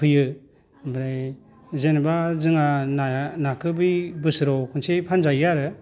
फैयो ओमफ्राय जेनेबा जोंहा नाया नाखौ बै बोसोराव खनसे फानजायो आरो